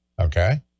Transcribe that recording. okay